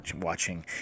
watching